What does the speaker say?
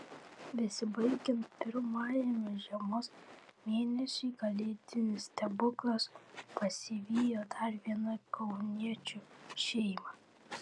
besibaigiant pirmajam žiemos mėnesiui kalėdinis stebuklas pasivijo dar vieną kauniečių šeimą